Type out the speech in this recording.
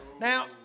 Now